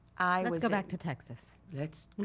let's go back to texas. let's